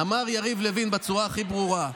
אמר יריב לוין בצורה הכי ברורה: